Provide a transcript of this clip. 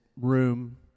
room